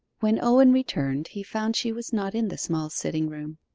when owen returned he found she was not in the small sitting-room,